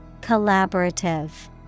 Collaborative